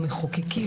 למחוקקים,